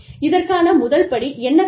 இதற்கான முதல் படி என்ன தேவை